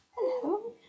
Hello